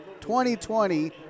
2020